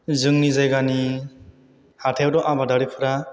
जोंनि जायगानि हाथाइआवथ' आबादारिफोरा